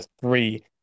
three